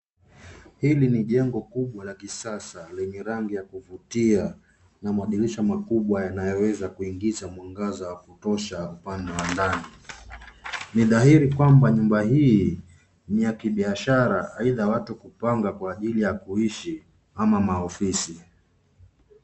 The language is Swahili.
Hili ni jengo kubwa la kisasa lenye rangi ya kuvutia na madirisha makubwa yanayoweza kuingiza mwangaza wa kutosha upande wa ndani. Ni dhahiri kwamba nyumba hii ni ya kibiashara aidha watu kupanga kwa ajili ya kuishi ama maofisi.